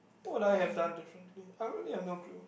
what would I have done differently I really have no clue